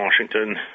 Washington